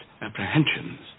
apprehensions